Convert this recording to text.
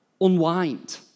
unwind